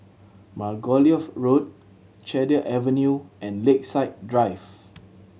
Margoliouth Road Cedar Avenue and Lakeside Drive